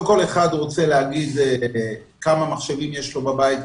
לא כל אחד רוצה להגיד כמה מחשבים יש לו בבית,